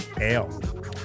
Ale